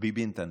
ביבי נתניהו?